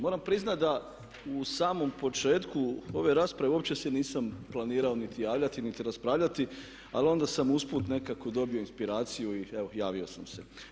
Moram priznati da u samom početku ove rasprave uopće se nisam planirao niti javljati niti raspravljati ali onda sam usput nekako dobio inspiraciju i evo javio sam se.